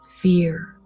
fear